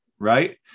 Right